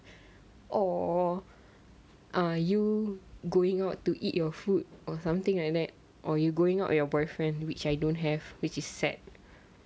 or err you going out to eat your food or something like that or you going out with your boyfriend which I don't have which is sad